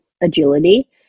agility